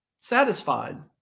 satisfied